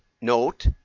note